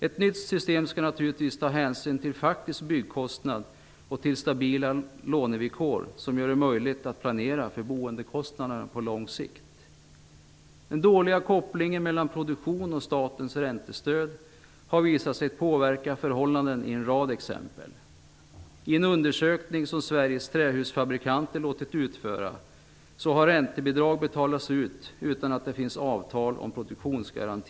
Ett nytt system skall naturligtvis ta hänsyn till faktisk byggkostnad och till stabila lånevillkor som gör det möjligt att planera för boendekostnaderna på lång sikt. Den dåliga kopplingen mellan produktion och statens räntestöd har visat sig påverka förhållandena i en rad exempel. Enligt en undersökning som Sveriges trähusfabrikanter låtit utföra har det hänt att räntebidrag betalats ut utan att det funnits avtal om produktionsgaranti.